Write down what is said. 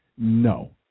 No